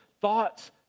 thoughts